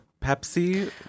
Pepsi